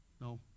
no